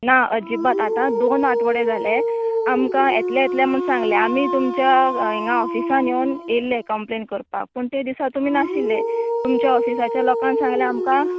ना अज्जीबात आतां दोन आठवडे जाले आमकां येतलें येतलें म्हण सांगलें आमी तुमच्या येंगा ऑफिसान येवन येल्ले कंम्प्लेन करपाक पूण ते दिसा तुमी नाशिल्ले तुमच्या ऑफिसाच्या लोकान सांगलें आमकां